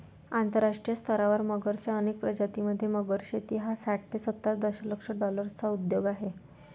आंतरराष्ट्रीय स्तरावर मगरच्या अनेक प्रजातीं मध्ये, मगर शेती हा साठ ते सत्तर दशलक्ष डॉलर्सचा उद्योग आहे